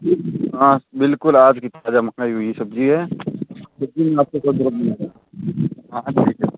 हाँ बिल्कुल आज की ताज़ा मंगाई हुई सब्ज़ी है दो तीन हफ़्ते कोई ज़रूरत नहीं होगी